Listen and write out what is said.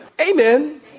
Amen